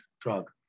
drug